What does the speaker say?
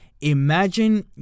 Imagine